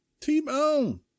T-Bone